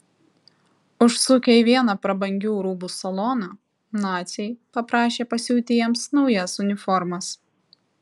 užsukę į vieną prabangių rūbų saloną naciai paprašė pasiūti jiems naujas uniformas